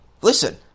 Listen